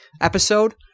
episode